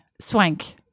Swank